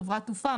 חברת תעופה,